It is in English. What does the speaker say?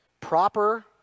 proper